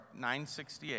968